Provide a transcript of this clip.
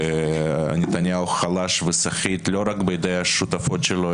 ונתניהו חלש וסחיט לא רק בידי השותפות שלו,